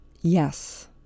Yes